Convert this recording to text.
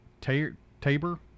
Tabor